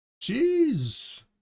jeez